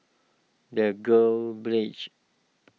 the Girls Brigade